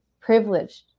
privileged